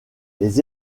les